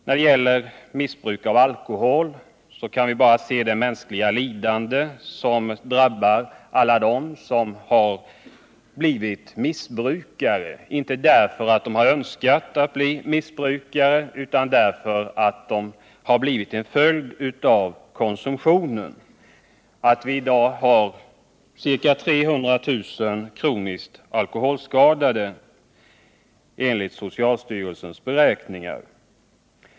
När det gäller bruket av alkohol kan vi bara hänvisa till det mänskliga lidande som drabbar alla dem som blivit missbrukare. De har inte önskat bli missbrukare, utan har blivit det som en följd av konsumtionen. Enligt socialstyrelsens beräkningar har vi i dag ca 300 000 kroniskt alkoholskadade.